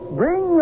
bring